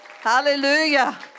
Hallelujah